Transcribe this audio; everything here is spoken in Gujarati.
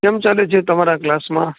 કેમ ચાલે છે તમારા ક્લાસમાં